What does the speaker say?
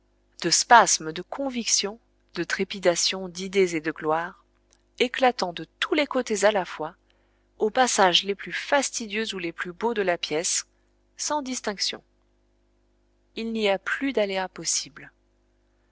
de spasmes de convictions de trépidations d'idées et de gloire éclatant de tous les côtés à la fois aux passages les plus fastidieux ou les plus beaux de la pièce sans distinction il n'y a plus d'aléas possibles